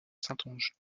saintonge